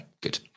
good